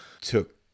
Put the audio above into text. took